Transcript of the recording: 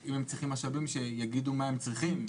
אם הם צריכים משאבים שיגידו מה הם צריכים,